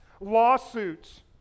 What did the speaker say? lawsuits